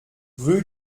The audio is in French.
rue